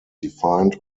defined